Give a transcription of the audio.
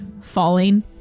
falling